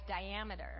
diameter